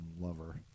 lover